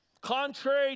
Contrary